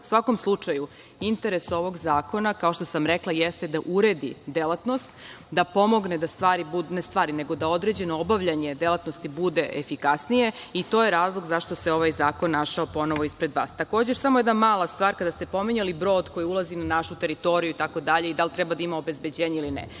svakom slučaju interes ovog zakona kao što sam rekla jeste da uredi delatnost, da pomogne da određeno obavljanje delatnosti bude efikasnije i to je razlog zašto se ovaj zakon našao ponovo ispred vas. Još jedna stvar, kada ste pominjali brod koji ulazi na našu teritoriju itd, da li treba da ima obezbeđenje ili ne,